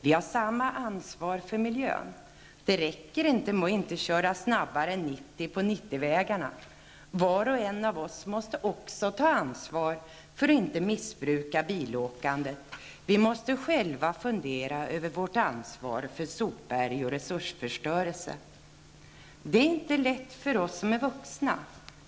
Vi har samma ansvar för miljön. Det räcker inte med att inte köra snabbare än 90 km på 90-vägarna. Var och en av oss måste också ta ansvar för att inte missbruka bilåkandet. Vi måste själva fundera över vårt ansvar för sopberg och resursförstörelse. Det är inte lätt för oss som är vuxna.